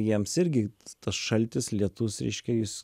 jiems irgi tas šaltis lietus reiškia jis